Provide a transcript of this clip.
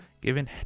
given